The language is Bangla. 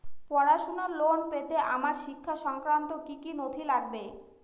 পড়াশুনোর লোন পেতে আমার শিক্ষা সংক্রান্ত কি কি নথি লাগবে?